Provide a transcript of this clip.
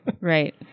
right